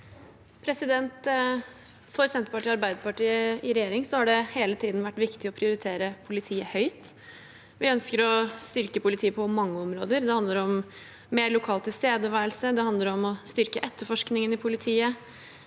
For Senterpartiet og Arbeiderpartiet i regjering har det hele tiden vært viktig å prioritere politiet høyt. Vi ønsker å styrke politiet på mange områder. Det handler om mer lokal tilstedeværelse. Det handler om å styrke etterforskningen i politiet,